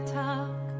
talk